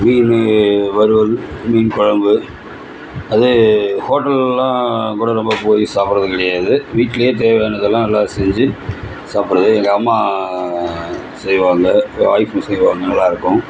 மீனு வறுவல் மீன் குழம்பு அது ஹோட்டல்லல்லாம் கூட ரொம்ப போய் சாப்புடுறது கிடையாது வீட்டுலேயே தேவையானதெல்லாம் நல்லா செஞ்சி சாப்புடுறது எங்கள் அம்மா செய்வாங்க எங்கள் ஒய்ஃப்பும் செய்வாங்கள் நல்லாயிருக்கும்